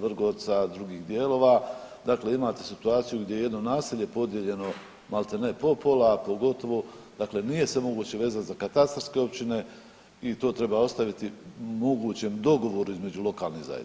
Vrgorca, drugih dijelova, dakle imate situaciju gdje je jedno naselje podijeljeno maltene po pola, a pogotovo, dakle nije se moguće vezati za katastarske općine i to treba ostaviti mogućem dogovoru između lokalnih zajednica.